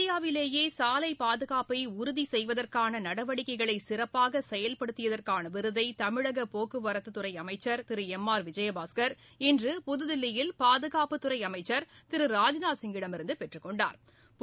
இந்தியாவிலேயே சாலை பாதுகாப்பை உறுதி செய்வதற்கான நடவடிக்கைகளை சிறப்பாக செயல்படுத்தியதற்கான விருதை தமிழக போக்குவரத்துத் துறை அமைச்ச் திரு எம் ஆர் விஜயபாஸ்கா் இன்று புதுதில்லியில் பாதுகாப்புத்துறை அமைச்சள் திரு ராஜ்நாத்சிங் கிடமிருந்து பெற்றுக் கொண்டாா்